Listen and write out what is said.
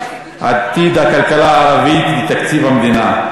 הצעה לסדר-היום בנושא: עתיד הכלכלה הערבית ותקציב המדינה,